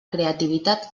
creativitat